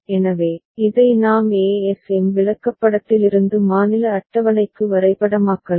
எனவே இதை நாம் ASM விளக்கப்படத்திலிருந்து மாநில அட்டவணைக்கு வரைபடமாக்கலாம்